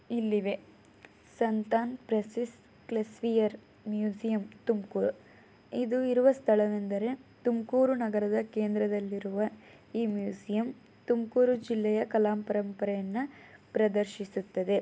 ಇಲ್ಲಿವೆ ಸಂತಾನ್ ಪ್ರೆಸಿಸ್ ಕ್ಲೆಸ್ವಿಯರ್ ಮ್ಯೂಸಿಯಮ್ ತುಮ್ಕೂರು ಇದು ಇರುವ ಸ್ಥಳವೆಂದರೆ ತುಮಕೂರು ನಗರದ ಕೇಂದ್ರದಲ್ಲಿರುವ ಈ ಮ್ಯೂಸಿಯಮ್ ತುಮಕೂರು ಜಿಲ್ಲೆಯ ಕಲಾ ಪರಂಪರೆಯನ್ನು ಪ್ರದರ್ಶಿಸುತ್ತದೆ